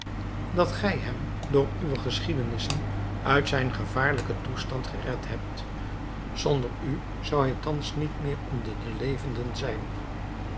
dat gij hem door uwe geschiedenissen uit zijne gevaarlijken toestand gered hebt zonder u zou hij thans niet meer onder de levenden zijn